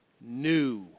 new